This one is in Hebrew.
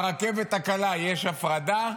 ברכבת הקלה יש הפרדה?